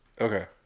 Okay